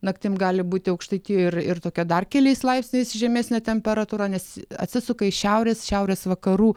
naktim gali būti aukštaitijoj ir ir tokia dar keliais laipsniais žemesnė temperatūra nes atsisuka iš šiaurės šiaurės vakarų